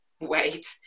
wait